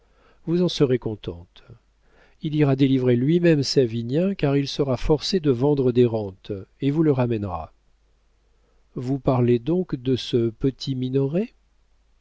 vous en serez contente il ira délivrer lui-même savinien car il sera forcé de vendre des rentes et vous le ramènera vous parlez donc de ce petit minoret